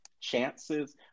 chances